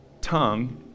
tongue